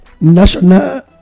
National